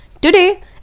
Today